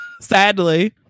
Sadly